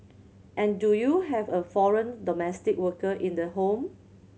and do you have a foreign domestic worker in the home